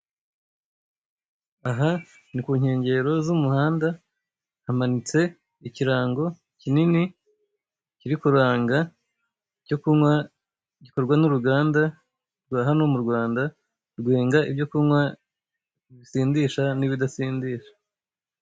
Aha ni ku nkengero z'umuhanda, hamanitse ikirango kinini kiri kuranga icyo kunywa gikorwa n'uruganda rwa hano mu Rwanda, rwenga ibyo kunywa bisindisha n'ibidasindisha.